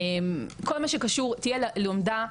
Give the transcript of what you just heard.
כל מה שקשור, תהיה לומדה,